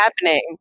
happening